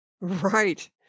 right